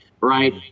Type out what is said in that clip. right